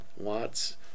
lots